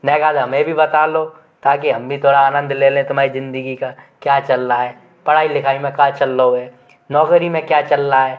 नेगाध हमें भी बता लो ताकि हम भी थोड़ा आनंद ले लें तुमाई जिंदगी का क्या चल रहा है पढ़ाई लिखाई में का चल लओ है नौकरी में क्या चल ला है